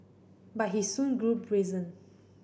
but he soon grew brazen